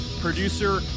producer